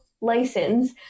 license